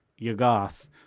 Yagoth